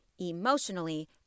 emotionally